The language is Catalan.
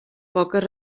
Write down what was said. poques